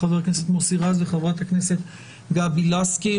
חבר הכנסת מוסי רז וחברת הכנסת גבי לסקי.